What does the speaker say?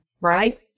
right